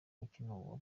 mikino